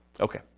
Okay